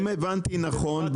אם הבנתי נכון,